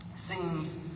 seems